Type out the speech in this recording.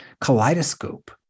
kaleidoscope